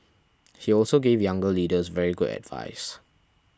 he also gave younger leaders very good advice